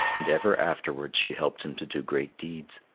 and ever afterwards she helped him to do great deeds.